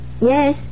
Yes